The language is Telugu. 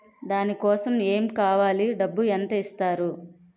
దాని కోసం ఎమ్ కావాలి డబ్బు ఎంత ఇస్తారు?